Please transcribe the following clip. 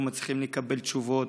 לא מצליחים לקבל תשובות.